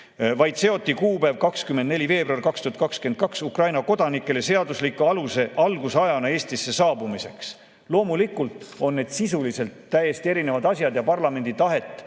Seoti kuupäev 24. veebruar 2022 Ukraina kodanikele seadusliku aluse algusajana Eestisse saabumiseks. Loomulikult on need sisuliselt täiesti erinevad asjad ja parlamendi tahet